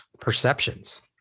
Perceptions